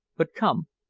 but come,